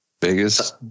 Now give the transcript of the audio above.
Vegas